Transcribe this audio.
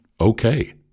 okay